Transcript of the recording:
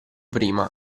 prima